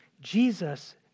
Jesus